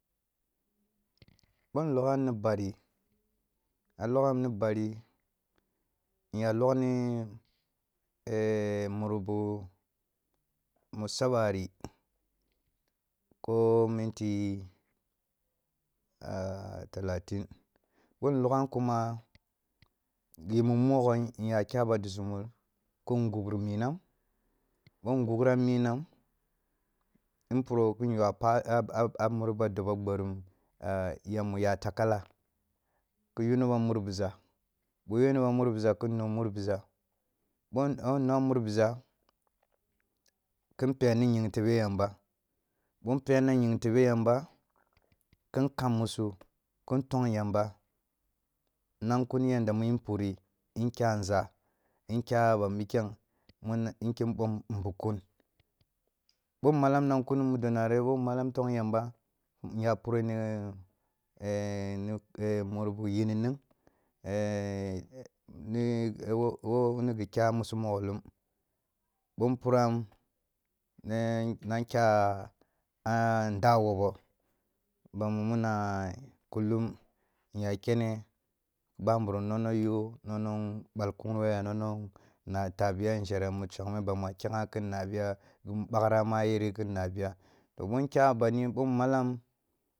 Bo nlogham ni bari, a logham ni bari, iya loghni mumbu mu sa ъari ko minti ah tala tin, ъo in logham kuma ghi mu mogho nya a dusumur kin gugguru minang bo ngugran minang, in puro kin yua a pa a muri ba dobo gbarum yam mu mut akala, ki yuni bam mur bisa, bo you bam mur bisa kin nu murbisa, ph nnum mur bisa kin peni ying tebe yamba, bo mpenang ying tebe yamba, kin kang musu, kin thong yamba, nan kuni yadda mun puri nkge a nza, nkga ba piken, nkin ъom umbukkun, ъo malang nan kunoo muko nari bo mmalang thonk yamba nyapure na muribu yinining ni wo wo ni ghi kya musu mogho lum, bo mpuram na kya a nda wogho bamu muna kulung nya kene bamburum nona yo nona balkun wo ya nuna na tabiya nzhere mushengme bamu akengha kin nabiya nbagra mu yere kin nabiya, to ъo nya bandi bo mmalam.